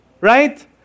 right